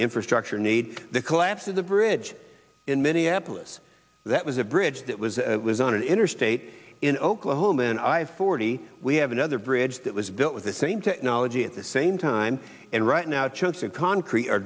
infrastructure needs the collapse of the bridge in minneapolis that was a bridge that was was on an interstate in oklahoma and i forty we have another bridge that was built with the same technology at the same time and right now chunks of concrete are